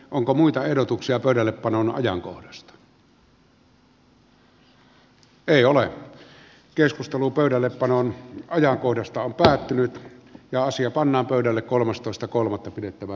onko muita ehdotuksia pöydällepanon ajankohdasta on päättynyt ja asia pannaan pöydälle kolmastoista kolmatta pidettävä